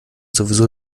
sowieso